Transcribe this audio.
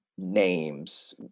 names